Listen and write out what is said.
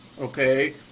Okay